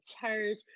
church